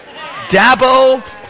Dabo